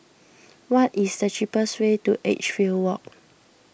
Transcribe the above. what is the cheapest way to Edgefield Walk